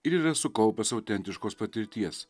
ir yra sukaupęs autentiškos patirties